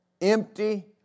empty